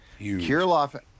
Kirloff